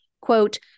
quote